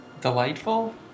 Delightful